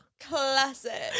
classic